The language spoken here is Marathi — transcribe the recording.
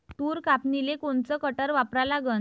तूर कापनीले कोनचं कटर वापरा लागन?